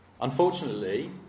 Unfortunately